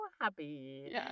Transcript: happy